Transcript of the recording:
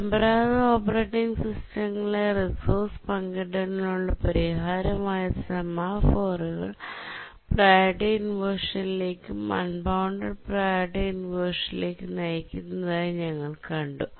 പരമ്പരാഗത ഓപ്പറേറ്റിംഗ് സിസ്റ്റങ്ങളിലെ റിസോഴ്സ് പങ്കിടലിനുള്ള പരിഹാരം ആയ സെമഫോറുകൾ പ്രിയോറിറ്റി ഇൻവെർഷൻസ് ലേക്കും അൺ ബൌന്ദേദ് പ്രിയോറിറ്റി ഇൻവെർഷൻ ലേക്കും നയിക്കുന്നതായി ഞങ്ങൾ കണ്ടു